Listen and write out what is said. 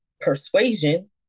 persuasion